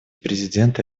президента